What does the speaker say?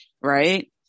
right